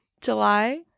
july